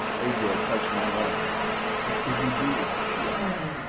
ajor touched my arm. what would you do? she asked.